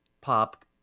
pop